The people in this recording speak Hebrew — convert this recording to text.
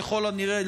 ככל הנראה,